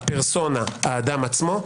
הפרסונה, האדם עצמו.